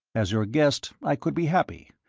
as your guest i could be happy,